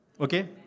Okay